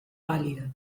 pálida